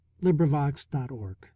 LibriVox.org